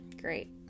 Great